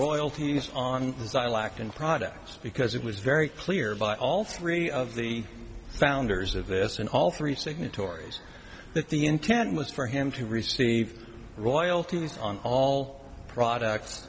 royalties on his i lacked in products because it was very clear by all three of the founders of this and all three signatories that the intent was for him to receive royalties on all products